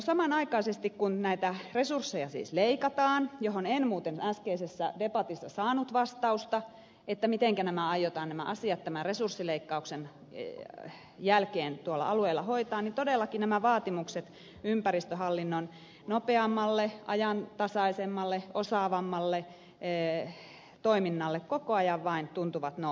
samanaikaisesti kun näitä resursseja siis leikataan en muuten äskeisessä debatissa saanut vastausta siihen miten nämä asiat aiotaan tämän resurssileikkauksen jälkeen tuolla alueilla hoitaa niin todella nämä vaatimukset ympäristöhallinnon nopeammasta ajantasaisemmasta osaavammasta toiminnasta koko ajan vain tuntuvat lisääntyvän